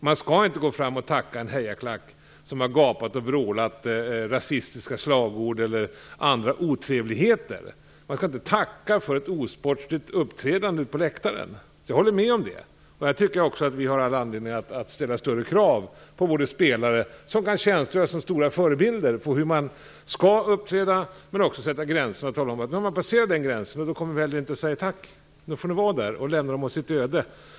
Man skall inte gå fram och tacka en hejarklack som har gapat och vrålat rasistiska slagord eller andra otrevligheter. Man skall inte tacka för ett osportsligt uppträdande på läktaren. Jag håller med om det, och jag tycker också att vi har all anledning att ställa större krav på spelarna. Dessa spelare kan ju tjänstgöra som stora förebilder för hur man skall uppträda men kan också sätta gränser och markera att om gränsen passeras säger man heller inte tack, utan då lämnas supportrarna åt sitt öde.